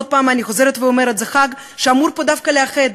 עוד פעם אני חוזרת ואומרת: זה חג שאמור פה דווקא לאחד.